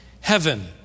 heaven